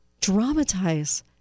Dramatize